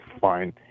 Fine